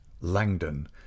Langdon